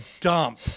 dump